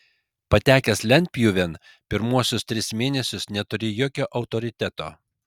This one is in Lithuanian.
patekęs lentpjūvėn pirmuosius tris mėnesius neturi jokio autoriteto